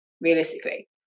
realistically